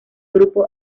grupo